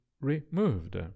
removed